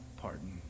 pardon